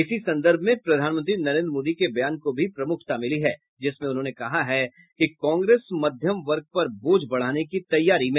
इसी संदर्भ में प्रधानमंत्री नरेन्द्र मोदी के बयान को भी प्रमुखता मिली है जिसमें उन्होंने कहा कि कांग्रेस मध्यम वर्ग पर बोझ बढ़ाने की तैयारी में